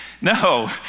No